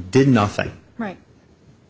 did nothing right